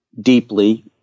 deeply